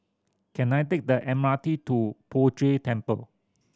can I take the M R T to Poh Jay Temple